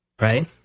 right